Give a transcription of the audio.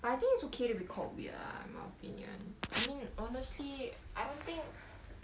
but I think it's okay to be called weird in my opinion I mean honestly I don't think